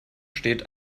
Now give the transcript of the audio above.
steht